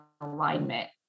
alignment